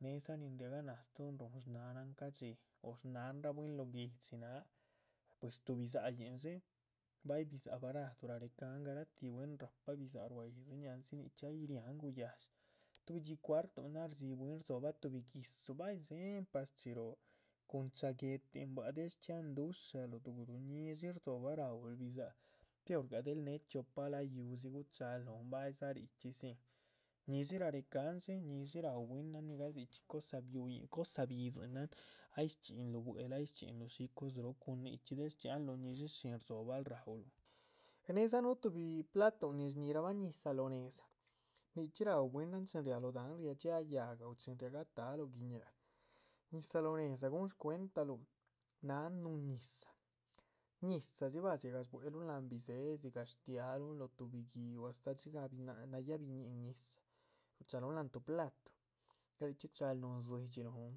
Nédza nin ragah náh stóohon ruhun shnanahn ca´dxi o shnanrah bwín loh guihdxi náh pues tuh bidza´hyin dxé bay bidza´h baraduh rarehecahan garatih bwín rahpa bidza´h. ruá yídziñih andzi nichxí riahan guyádxi tuhbi dxí cuartuhunahn drdzí bwín rdzobah tuhbi gi´dzu, bay dze´hen par rshchi róoh cun cha´ guéhtin bua´c del shchxiahan dushaluh ñidshi rdzobah. raúlh bidza´h pior gah del néh chiopa layudzi guchaluh lóhon baydza richxí zin, ñidshi rarecahan dxé, ñidshi raú bwínan nigahl cosa biuyin, cosa bidzín náhn. ay shchxínluh bue´lah ay shchxínluh shis cos róh, cun nichxí del shchxíanluh cun chin rdzobaluh raúluh, nédza núh tuhbi platuhun nin shñirabah. ñizah lóh nédza, nichxí raú bwínan chin riarabah lóho dahán riadxiarabah yáhga o chin riagah ta´luh guiñaá, ñizah lóh nédza guhun shcuentaluh, náhan nuhun. ñizah, ñizah dzi bah, dzigah shbueluhun láhan bidze´he, dzigah shtialuhun lóh tuhbi gi´uh, astáh dxigah nayáh biñihin ñizah, ruchaluhun láhan tuh platu. ya de richxí guchaluh núhun dzidxi, lóhon